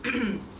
mmhmm